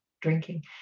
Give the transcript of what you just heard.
drinking